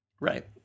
right